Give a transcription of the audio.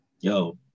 Yo